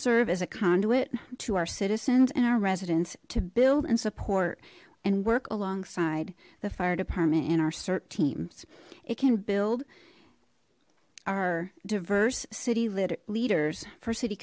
as a conduit to our citizens and our residents to build and support and work alongside the fire department in our cert teams it can build our diverse city lit leaders for city